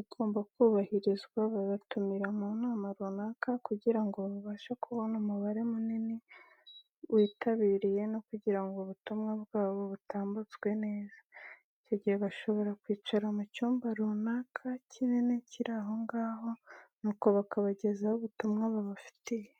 igomba kubahirizwa babatumira mu nama runaka kugira ngo babashe kubona umubare munini witabiriye no kugira ngo ubutumwa bwabo butambutswe neza. Icyo gihe bashobora kwicara mu cyumba runaka kinini kiri aho ngaho nuko bakabagezaho ubutumwa babafitiye.